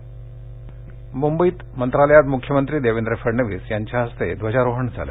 मुख्यमंत्री मुंबईत मंत्रालयात मुख्यमंत्री देवेंद्र फडणवीस यांच्या हस्ते ध्वजारोहण झालं